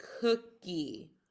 cookie